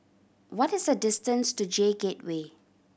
what is the distance to J Gateway